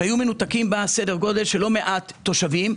והיו מנותקים סדר גודל של לא מעט תושבים.